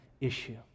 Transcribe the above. issue